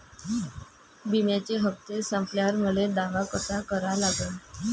बिम्याचे हप्ते संपल्यावर मले दावा कसा करा लागन?